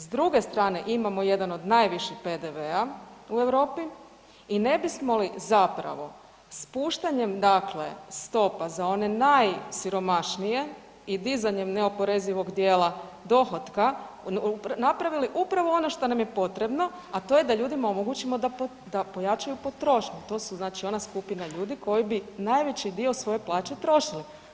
S druge strane, imamo jedan od najviših PDV-a u Europi i ne bismo li zapravo spuštanjem dakle stope za one najsiromašnije i dizanjem neoporezivog dijela dohotka, napravili upravo ono što nam je potrebno, a to je da ljudima omogućimo, da pojačaju potrošnju, to su znači ona skupina ljudi koji bi najveći dio svoje plaće trošili.